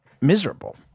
miserable